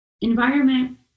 Environment